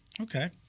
Okay